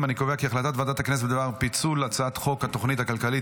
הכנסת בדבר חלוקה ופיצול הצעת חוק התוכנית הכלכלית